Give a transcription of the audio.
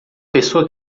pessoa